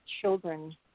children